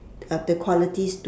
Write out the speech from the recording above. of the qualities